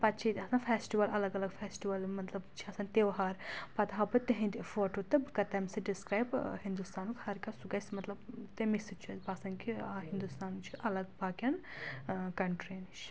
پتہٕ چھِ ییٚتہِ آسان فیٚسٹِوَل الگ الگ فیٚسٹِول مطلب چھِ آسان تہوار پَتہٕ ہاو بہٕ تِہنٛدۍ فوٹو تہٕ بہٕ کَرٕ تَمہِ سۭتۍ ڈِسکرٛایب ٲں ہنٛدوستانُک ہر کانٛہہ سُہ گژھہِ مطلب تَمیٚے سۭتۍ چھُ اسہِ باسان کہِ ٲں ہنٛدوستان چھُ الگ باقین ٲں کَنٹریَن نِش